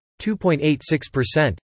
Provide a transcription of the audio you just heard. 2.86%